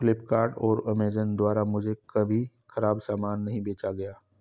फ्लिपकार्ट और अमेजॉन द्वारा मुझे कभी खराब सामान नहीं बेचा गया